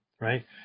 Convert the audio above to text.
right